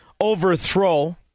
overthrow